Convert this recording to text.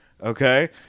Okay